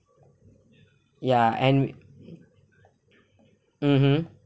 ya and mmhmm